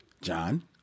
John